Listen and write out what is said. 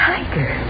Tiger